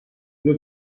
due